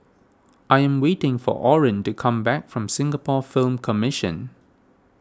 I am waiting for Oren to come back from Singapore Film Commission